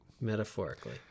metaphorically